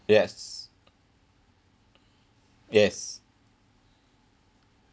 yes yes